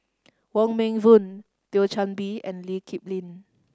Wong Meng Voon Thio Chan Bee and Lee Kip Lin